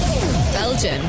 Belgium